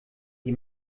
die